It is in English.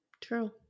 true